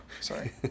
sorry